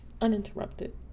uninterrupted